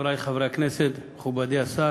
חברי חברי הכנסת, מכובדי השר,